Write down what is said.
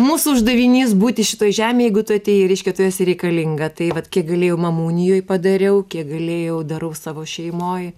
mūsų uždavinys būti šitoj žemėj jeigu tu atėjai reiškia tu esi reikalinga tai vat kiek galėjau mamų unijoj padariau kiek galėjau darau savo šeimoj